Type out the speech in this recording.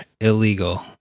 illegal